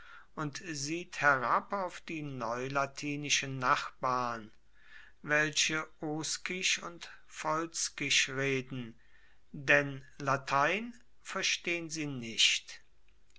und sieht herab auf die neulatinischen nachbarn welche oskisch und volskisch reden denn latein verstehn sie nicht